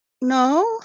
no